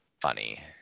funny